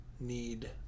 need